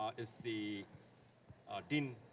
um is the dean,